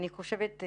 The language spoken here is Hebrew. אני חושבת,